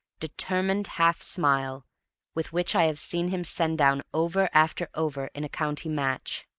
determined half-smile with which i have seen him send down over after over in a county match!